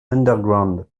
underground